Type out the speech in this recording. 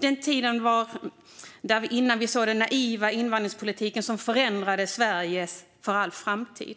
Det var innan vi såg den naiva invandringspolitiken, som förändrade Sverige för all framtid.